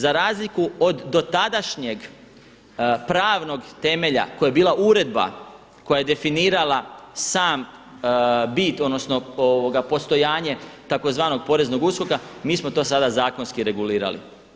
Za razliku od dotadašnjeg pravnog temelja koja je bila uredba koja je definirala sam bit, odnosno postojanje tzv. Poreznog USKOK-a mi smo to sada zakonski regulirali.